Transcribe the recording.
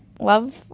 love